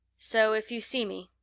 so if you see me,